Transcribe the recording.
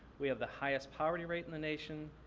we have the highest poverty rate in the nation.